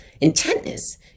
Intentness